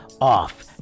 off